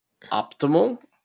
optimal